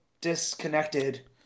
disconnected